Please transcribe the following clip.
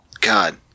god